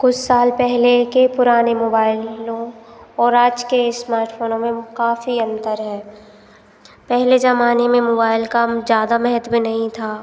कुछ साल पहले के पुराने मोबाइलों और आज के स्मार्टफोनों में काफ़ी अंतर है पहले ज़माने में मोबाइल का हम ज़्यादा महत्त्व नहीं था